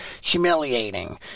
humiliating